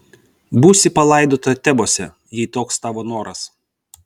būsi palaidota tebuose jei toks tavo noras